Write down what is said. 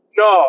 no